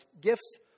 gifts